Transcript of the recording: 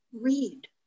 read